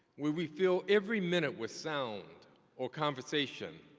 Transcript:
where we fill every minute with sound or conversation.